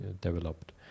developed